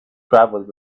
travelled